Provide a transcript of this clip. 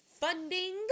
funding